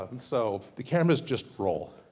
um so the cameras just roll.